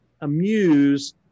amuse